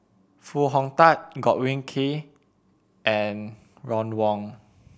Foo Hong Tatt Godwin Koay and Ron Wong